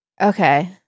Okay